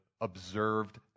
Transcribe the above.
observed